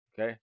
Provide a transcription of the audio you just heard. Okay